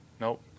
nope